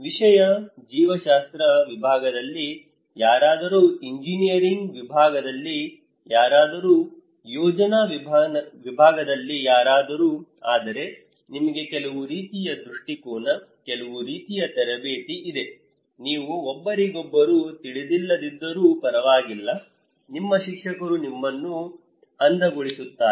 ವಿಷಯ ಜೀವಶಾಸ್ತ್ರ ವಿಭಾಗದಲ್ಲಿ ಯಾರಾದರೂ ಇಂಜಿನಿಯರಿಂಗ್ ವಿಭಾಗದಲ್ಲಿ ಯಾರಾದರೂ ಯೋಜನಾ ವಿಭಾಗದಲ್ಲಿ ಯಾರಾದರೂ ಆದರೆ ನಿಮಗೆ ಕೆಲವು ರೀತಿಯ ದೃಷ್ಟಿಕೋನ ಕೆಲವು ರೀತಿಯ ತರಬೇತಿ ಇದೆ ನೀವು ಒಬ್ಬರಿಗೊಬ್ಬರು ತಿಳಿದಿಲ್ಲದಿದ್ದರೂ ಪರವಾಗಿಲ್ಲ ನಿಮ್ಮ ಶಿಕ್ಷಕರು ನಿಮ್ಮನ್ನು ಅಂದಗೊಳಿಸುತ್ತಾರೆ